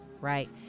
right